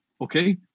Okay